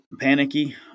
panicky